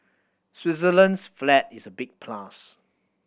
Switzerland's flag is a big plus